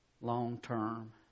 long-term